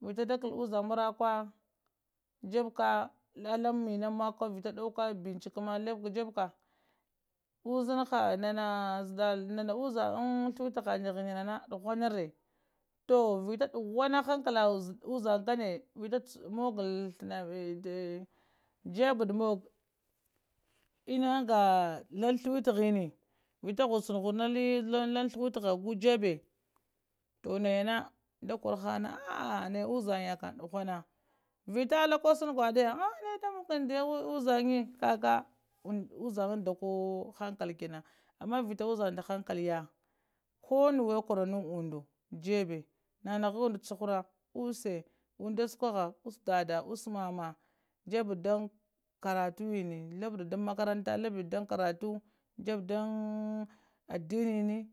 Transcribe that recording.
vita dakall marakuwa jeɓɓƙa allam minam maƙuwa vita ɗauka ɓichink ma lab jeɓɓƙa uzina ha nana zaɗɗal nana uzang an thiwitahahani na ɗuhunare toh oka ɗuhuna hankala uzang ngane vita muggal muggul jebb tha na agaga allang thiwitahini vita ghush na langh thiuvitaha gu jebbe to nayana da korowo hanga naya uzanga ƙam duhuna vita alla koh shano guddiya ha nehe da monoka ndaya uzangayi kaga uzanga koh hankal kenan ama vita uzange nda hank aliya koh nuwe kuarana undu jebbe nanaha unɗu chuhura ussha unɗe sukuha uss ɗada uss mama jeɓɓe de dan karatuwini labb de dan makaranta labb de dan karatu jeɓɓ dan adiniyini.